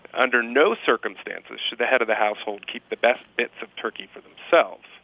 under no circumstances should the head of the household keep the best bits of turkey for themselves.